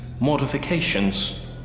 modifications